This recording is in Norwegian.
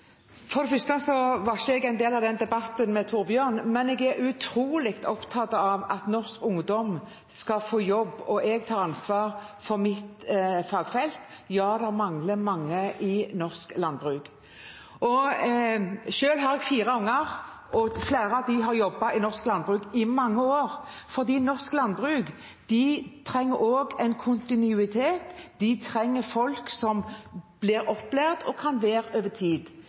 For det første var ikke jeg en del av den debatten med Torbjørn Røe Isaksen, men jeg er utrolig opptatt av at norsk ungdom skal få jobb, og jeg tar ansvar for mitt fagfelt. Ja, det mangler mange i norsk landbruk. Selv har jeg fire unger, og flere av dem har jobbet i norsk landbruk i mange år fordi norsk landbruk trenger kontinuitet, de trenger folk som blir opplært og som kan være en tid,